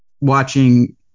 watching